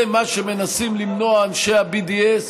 זה מה שמנסים למנוע אנשי ה-BDS,